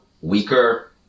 weaker